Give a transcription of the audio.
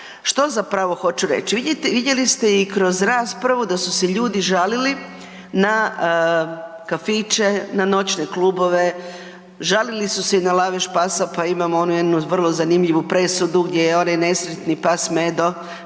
Što zapravo hoću reći? Vidjeli ste i kroz raspravu da su se ljudi žalili na kafiće, na noćne klubove, žalili su se i na lavež pasa pa imamo onu jednu vrlo zanimljivu presudu gdje je onaj nesretni pas Medo